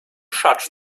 charge